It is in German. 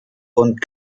und